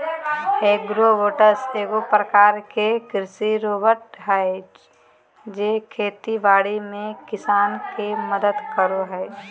agribots एगो प्रकार के कृषि रोबोट हय जे खेती बाड़ी में किसान के मदद करो हय